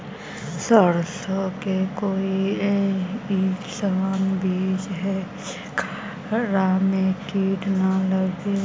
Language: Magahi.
सरसों के कोई एइसन बिज है जेकरा में किड़ा न लगे?